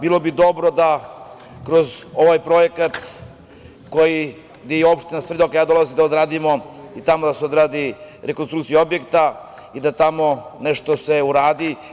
Bilo bi dobro da kroz ovaj projekat koji, gde je i opština Svrljig iz koje ja dolazim, da odradimo i tamo da se odradi rekonstrukcija objekta i da se tamo nešto uradi.